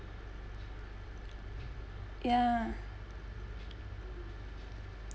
ya